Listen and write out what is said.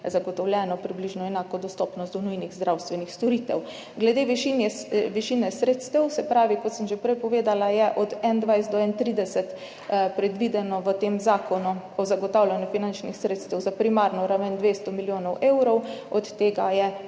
zagotovljeno približno enako dostopnost do nujnih zdravstvenih storitev. Glede višine sredstev, kot sem že prej povedala, je od leta 2021 do 2031 predvidenih v tem zakonu o zagotavljanju finančnih sredstev za primarno raven 200 milijonov evrov, od tega je